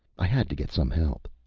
i had to get some help.